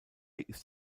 ist